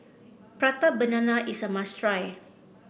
Prata Banana is a must try